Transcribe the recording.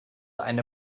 eine